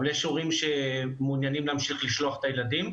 אבל יש הורים שמעוניינים להמשיך לשלוח את הילדים,